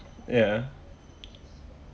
ya